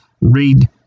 read